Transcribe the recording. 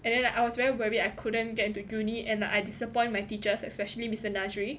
and then like I was very worried I couldn't get into uni and I disappoint my teachers especially mister nazri